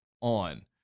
on